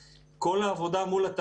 אני בחורף כבר נערך לקיץ.